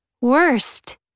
worst